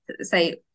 say